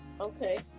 okay